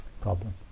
problem